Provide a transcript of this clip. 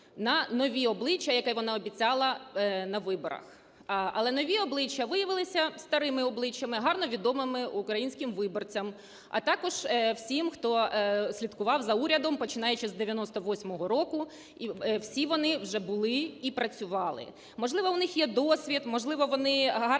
на нові обличчя, які вона обіцяла на виборах. Але нові обличчя виявилися старими обличчями, гарно відомими українським виборцям, а також всім, хто слідкував за урядом, починаючи з 98-го року, і всі вони вже були і працювали. Можливо, у них є досвід, можливо, вони гарні і